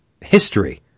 history